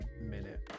minute